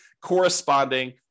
corresponding